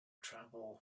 travel